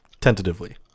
tentatively